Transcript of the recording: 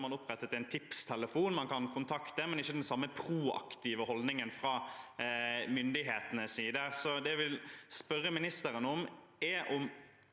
man opprettet en tipstelefon man kan kontakte, men det er ikke den samme proaktive holdningen fra myndighetenes side. Det jeg vil spørre utenriksministeren om, er om